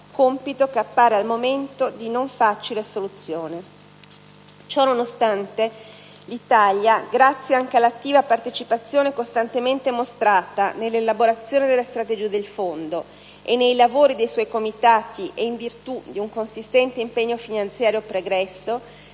compito che appare al momento di non facile soluzione. Ciò nonostante, l'Italia, grazie anche all'attiva partecipazione costantemente mostrata nell'elaborazione delle strategie del Fondo e nei lavori dei suoi comitati e in virtù di un consistente impegno finanziario pregresso,